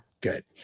good